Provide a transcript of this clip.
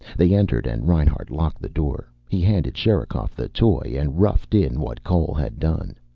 they entered and reinhart locked the door. he handed sherikov the toy and roughed in what cole had done.